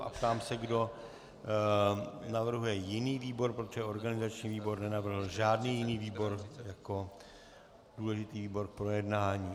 Ptám se, kdo navrhuje jiný výbor, protože organizační výbor nenavrhl žádný jiný výbor jako důležitý výbor k projednání.